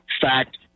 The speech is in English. fact